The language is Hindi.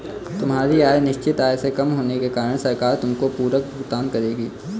तुम्हारी आय निश्चित आय से कम होने के कारण सरकार तुमको पूरक भुगतान करेगी